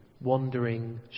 wandering